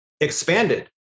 expanded